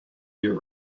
year